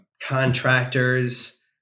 contractors